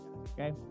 okay